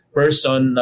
person